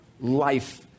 life